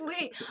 Wait